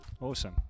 awesome